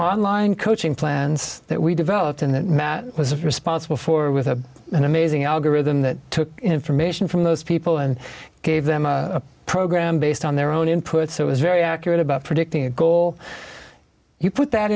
online coaching plans that we developed and that matt was responsible for with a an amazing algorithm that took information from those people and gave them a program based on their own input so it was very accurate about predicting a goal you put that